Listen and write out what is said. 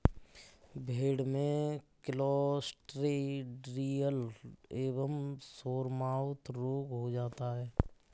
भेड़ में क्लॉस्ट्रिडियल एवं सोरमाउथ रोग हो जाता है